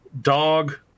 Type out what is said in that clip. Dog